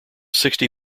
sixty